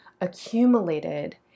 accumulated